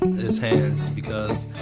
it's hands because